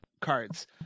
cards